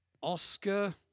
oscar